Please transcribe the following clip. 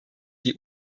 die